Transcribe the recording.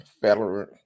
federal